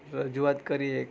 રજૂઆત કરીએ